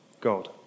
God